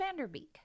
Vanderbeek